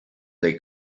they